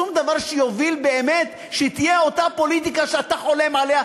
שום דבר שיוביל באמת לאותה פוליטיקה שאתה חולם עליה,